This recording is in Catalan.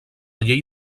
llei